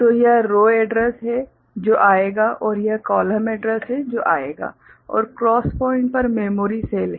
तो यह row address है जो आएगा और यह कॉलम एड्रैस है जो आएगा और क्रॉस पॉइंट पर मेमोरी सेल है